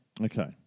Okay